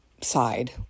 side